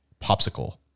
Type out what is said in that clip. popsicle